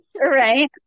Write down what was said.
right